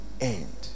end